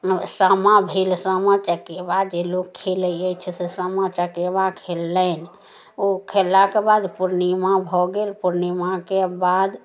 सामा भेल सामा चकेबा जे लोक खेलइ अछि से सामा चकेबा खेललनि ओ खेललाक बाद पूर्णिमा भऽ गेल पूर्णिमाके बाद